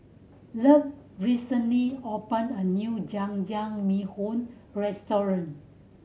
Love recently opened a new Jajangmyeon Restaurant